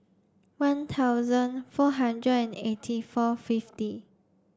one thousand four hundred and eighty four fifty